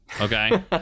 Okay